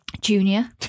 Junior